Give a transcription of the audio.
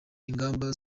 ingamba